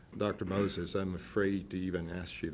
dr. moses i'm afraid to even ask